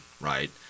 right